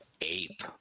ape